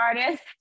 artist